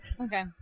Okay